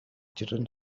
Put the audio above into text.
children